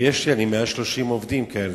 ויש לי מעל 30 עובדים כאלה,